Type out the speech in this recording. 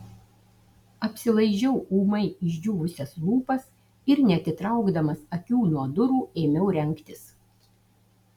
apsilaižiau ūmai išdžiūvusias lūpas ir neatitraukdamas akių nuo durų ėmiau rengtis